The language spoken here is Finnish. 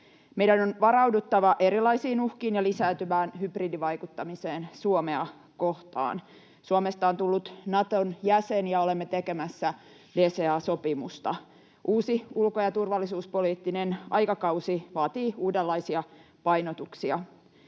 Meidän on varauduttava erilaisiin uhkiin ja lisääntyvään hybridivaikuttamiseen Suomea kohtaan. Suomesta on tullut Naton jäsen, ja olemme tekemässä DCA-sopimusta. Uusi ulko- ja turvallisuuspoliittinen aikakausi vaatii uudenlaisia painotuksia.